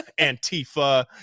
Antifa